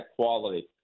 quality